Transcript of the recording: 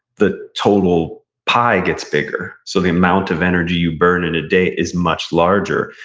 the total pie gets bigger. so the amount of energy you burn in a day is much larger.